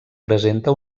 presenta